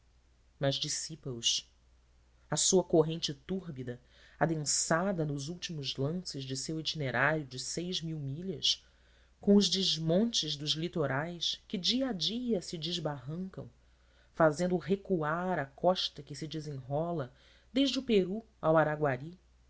horas mas dissipa os a sua corrente túrbida adensada nos últimos lances de seu itinerário de milhas com os desmontes dos litorais que dia a dia se desbarrancam fazendo recuar a costa que se desenrola desde o peru ao araguari